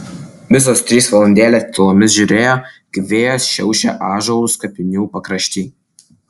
visos trys valandėlę tylomis žiūrėjo kaip vėjas šiaušia ąžuolus kapinių pakrašty